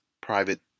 Private